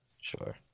sure